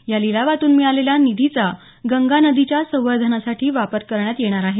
या लिलावातून मिळालेल्या निधीचा गंगा नदीच्या संवर्धनासाठी वापर करण्यात येणार आहे